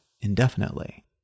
indefinitely